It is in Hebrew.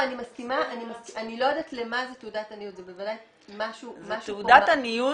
אני לא יודעת למה זו תעודת עניות --- זו תעודת עניות